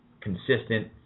Consistent